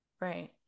right